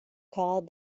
called